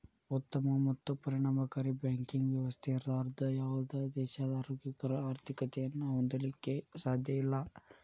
ಉತ್ತಮ ಮತ್ತು ಪರಿಣಾಮಕಾರಿ ಬ್ಯಾಂಕಿಂಗ್ ವ್ಯವಸ್ಥೆ ಇರ್ಲಾರ್ದ ಯಾವುದ ದೇಶಾ ಆರೋಗ್ಯಕರ ಆರ್ಥಿಕತೆಯನ್ನ ಹೊಂದಲಿಕ್ಕೆ ಸಾಧ್ಯಇಲ್ಲಾ